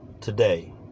Today